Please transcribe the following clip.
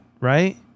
right